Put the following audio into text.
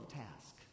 task